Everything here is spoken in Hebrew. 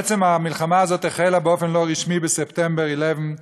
בעצם המלחמה הזאת החלה באופן לא רשמי ב-11 בספטמבר 2001,